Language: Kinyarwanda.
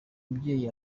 mubyeyi